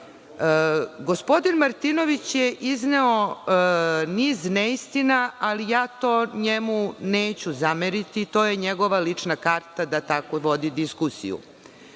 Gospodin Martinović je izneo niz neistina, ali ja to njemu neću zameriti, to je njegova lična karta da tako vodi diskusiju.